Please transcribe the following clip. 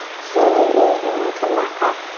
slowly inhale, come back up.